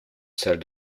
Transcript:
salle